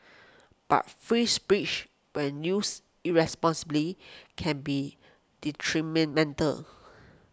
but free speech when used irresponsibly can be